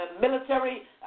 military